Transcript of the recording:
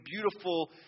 beautiful